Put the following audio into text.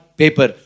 paper